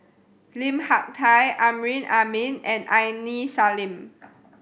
Lim Hak Tai Amrin Amin and Aini Salim